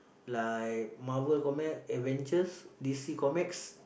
like marvel comic Avengers d_c comics